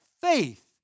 faith